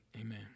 Amen